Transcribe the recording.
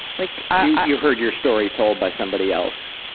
like um you heard your story told by somebody else.